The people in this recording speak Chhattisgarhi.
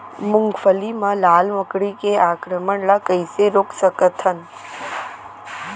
मूंगफली मा लाल मकड़ी के आक्रमण ला कइसे रोक सकत हन?